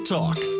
Talk